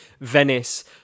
venice